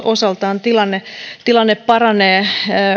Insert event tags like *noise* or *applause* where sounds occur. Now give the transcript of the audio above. *unintelligible* osaltaan tilanne tilanne paranee